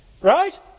right